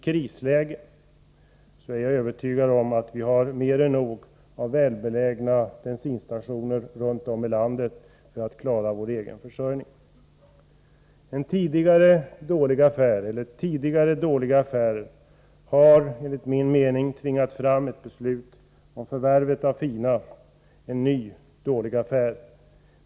Jag är övertygad om att vi i ett krisläge har mer än nog av välbelägna bensinstationer runt om i landet för att vi skall kunna klara vår egen försörjning. Tidigare dåliga affärer har, enligt min mening, tvingat fram beslutet om förvärvet av Fina — en ny dålig affär.